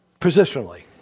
positionally